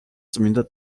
წმინდა